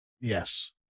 Yes